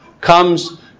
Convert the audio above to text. comes